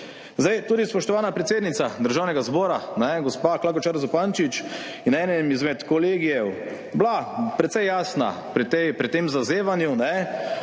Tudi spoštovana predsednica Državnega zbora, gospa Klakočar Zupančič, je bila na enem izmed kolegijev precej jasna pri tem zavzemanju,